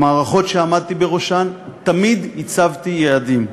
למערכות שעמדתי בראשן תמיד הצבתי יעדים,